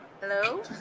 Hello